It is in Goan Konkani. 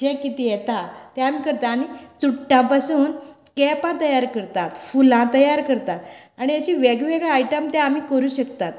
जे कितें येता तें आमी करता आनी चुट्टापसून कॅपां तयार करतात फूलां तयार करता आनी अशें वेगवेगळे आयटम तें आमी करूं शकतात